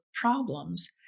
problems